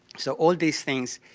so all these things